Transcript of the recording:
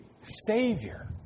Savior